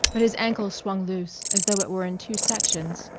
but his ankle swung loose, as though it were in two sections.